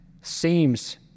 seems